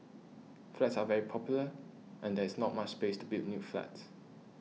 flats are very popular and there is not much space to build new flats